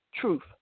Truth